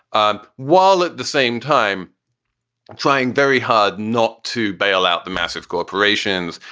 um while at the same time trying very hard not to bail out the massive corporations,